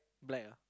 black ah